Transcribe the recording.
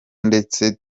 ndetse